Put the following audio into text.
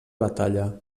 batalla